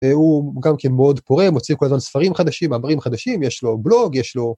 הוא גם כן מאוד פורה, מוציא כל הזמן ספרים חדשים, מאמרים חדשים, יש לו בלוג, יש לו...